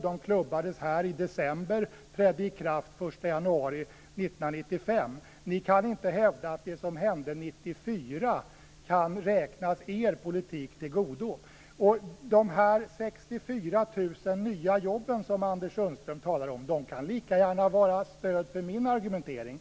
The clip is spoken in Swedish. De klubbades här i december och trädde i kraft den 1 januari 1995. Ni kan inte hävda att det som hände 1994 kan räknas er politik tillgodo. Och de 64 000 nya jobb som Anders Sundström talar om kan lika gärna vara ett stöd för min argumentering.